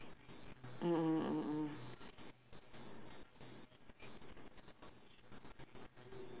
that's where he got eh that's where dia kena black magic lah they say lah don't know how true lah uh